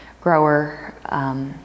grower